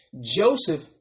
Joseph